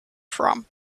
from